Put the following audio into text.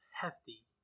hefty